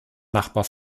nachbar